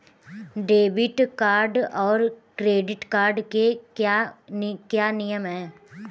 Debit card और credit card के क्या क्या नियम हैं?